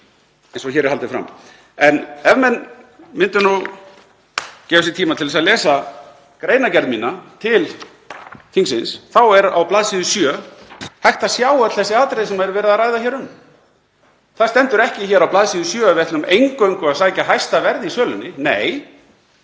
eins og hér er haldið fram. En ef menn myndu gefa sér tíma til að lesa greinargerð mína til þingsins þá er á bls. 7 hægt að sjá öll þau atriði sem verið er að ræða hér um. Það stendur ekki hér á bls. 7 að við ætlum eingöngu að sækja hæsta verð í sölunni. Nei,